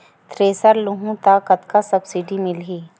Thresher लेहूं त कतका सब्सिडी मिलही?